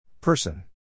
Person